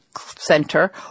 center